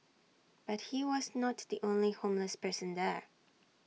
but he was not the only homeless person there